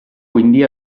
quindi